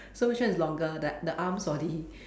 so which one is longer the the arms or the